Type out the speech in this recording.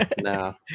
no